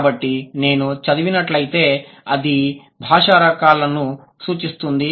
కాబట్టి నేను చదివినట్లయితే అది భాషా రకాలను సూచిస్తుంది